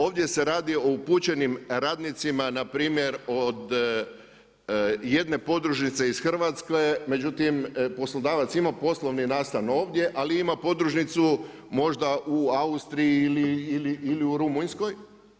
Ovdje se radi o upućenim radnicima na primjer od jedne podružnice iz Hrvatske, međutim poslodavac ima poslovni nastan ovdje, ali ima podružnicu možda u Austriji ili u Rumunjskoj.